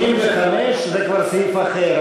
הסתייגות 85. 85 זה כבר סעיף אחר.